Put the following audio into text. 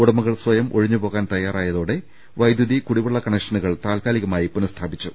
ഉടമകൾ സ്വയം ഒഴിഞ്ഞു പോകാൻ തയ്യാറായതോടെ വൈദ്യുതി കുടിവെള്ള കണക്ഷനുകൾ താൽക്കാലികമായി പുനഃസ്ഥാപിച്ചു